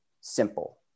simple